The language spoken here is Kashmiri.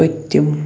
پٔتِم